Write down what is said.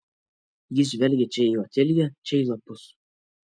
jis žvelgė čia į otiliją čia į lapus